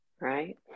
right